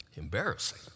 Embarrassing